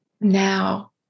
now